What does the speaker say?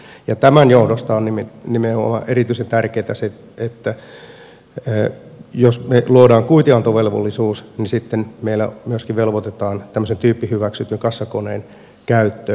se on käytännön tilanne ja tämän johdosta on nimenomaan erityisen tärkeätä se että jos me luomme kuitinantovelvollisuuden niin sitten meillä myöskin velvoitetaan tyyppihyväksytyn kassakoneen käyttöön